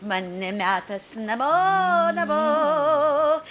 man ne metas namo o dabar